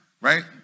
right